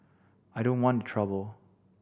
I don't want the trouble